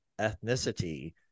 ethnicity